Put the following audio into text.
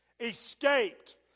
escaped